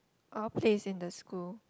all place in the school